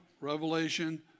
revelation